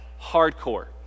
hardcore